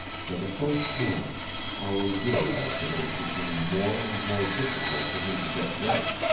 for the first time howland realized that it was becoming more and more difficult for him to get breath.